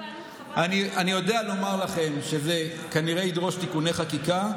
אני יודע לומר לכם שזה כנראה ידרוש תיקוני חקיקה,